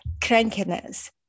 Crankiness